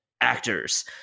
actors